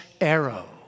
arrow